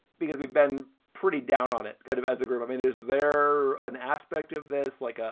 because we've been pretty down on it kind of as a group. i mean, is there an aspect of this like a,